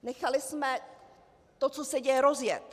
Nechali jsme to, co se děje, rozjet.